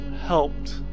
helped